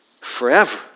forever